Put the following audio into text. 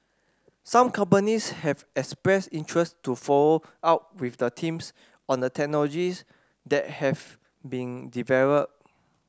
some companies have expressed interest to follow up with the teams on the technologies that have been developed